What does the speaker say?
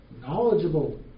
knowledgeable